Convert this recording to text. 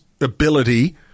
ability